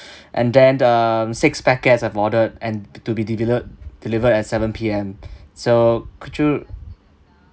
and then um six packets I've ordered and to be develo~ delivered at seven P_M so could you